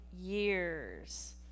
years